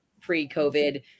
pre-COVID